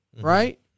right